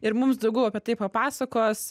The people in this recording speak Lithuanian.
ir mums daugiau apie tai papasakos